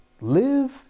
live